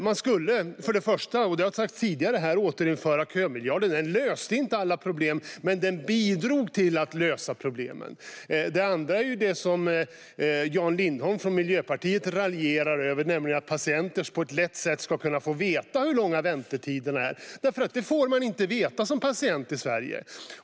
Man skulle först och främst kunna återinföra kömiljarden, som jag tidigare har sagt. Den löste inte alla problem, men den bidrog till att lösa problemen. Detta är det första som gäller tillgängligheten. Det som Jan Lindholm från Miljöpartiet raljerar över, nämligen att patienter på ett lätt sätt ska kunna få veta hur långa väntetiderna är. Det får man nämligen inte veta som patient i Sverige.